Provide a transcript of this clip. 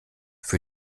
für